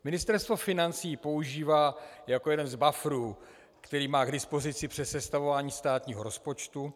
Ministerstvo financí ji používá jako jeden z bufferů, který má k dispozici při sestavování státního rozpočtu.